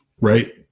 right